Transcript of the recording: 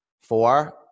Four